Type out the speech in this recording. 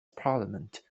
parliament